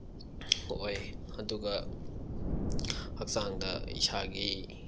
ꯑꯣꯏ ꯑꯗꯨꯒ ꯍꯛꯆꯥꯡꯗ ꯏꯁꯥꯒꯤ